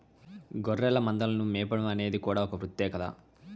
గొర్రెల మందలను మేపడం అనేది కూడా ఒక వృత్తే కదా